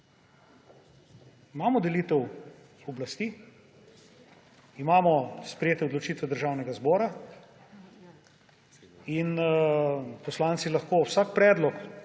Imamo delitev oblasti, imamo sprejete odločitve Državnega zbora in poslanci lahko vsak predlog,